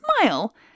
smile